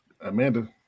Amanda